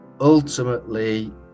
Ultimately